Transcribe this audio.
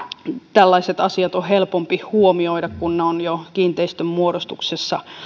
tällaiset asiat on helpompi huomioida kun ne ovat jo kiinteistönmuodostuksessa